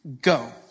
go